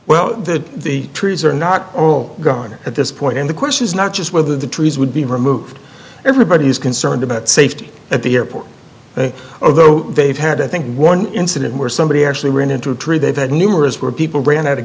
well that the trees are not all gone at this point and the question is not just whether the trees would be removed everybody is concerned about safety at the airport although they've had i think one incident where somebody actually ran into a tree they've had numerous where people ran out of